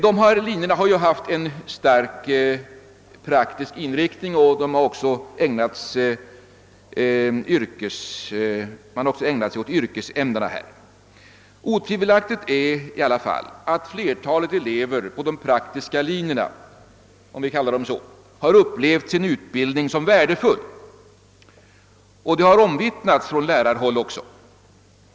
Ifrågavarande linjer har haft en starkt praktisk inriktning och de har också ägnats yrkesämnena. Otvivelaktigt är att flertalet elever på de praktiska linjerna — om vi kallar dem så — upplevt sin utbildning som värdefull, något som även omvittnats från lärarhåll.